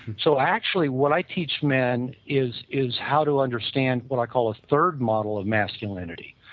so, actually what i teach men is is how to understand what i called a third model of masculinity.